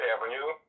Avenue